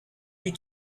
you